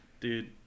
dude